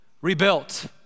rebuilt